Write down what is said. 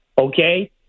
okay